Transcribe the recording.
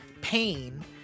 pain